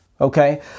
Okay